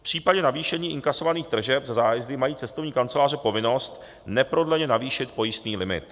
V případě navýšení inkasovaných tržeb za zájezdy mají cestovní kanceláře povinnost neprodleně navýšit pojistný limit.